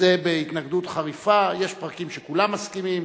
זה בהתנגדות חריפה, יש פרקים שכולם מסכימים,